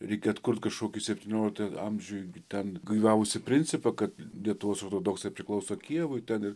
reikia atkurt kažkokį septyniolikto amžiuj ten gyvavusį principą kad lietuvos ortodoksai priklauso kijevui ten ir